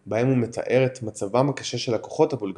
ובהם הוא מתאר את מצבם הקשה של הכוחות הבולגריים